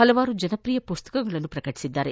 ಹಲವಾರು ಜನಪ್ರಿಯ ಮಸ್ತಕಗಳನ್ನು ಪ್ರಕಟಿಸಿದ್ದಾರೆ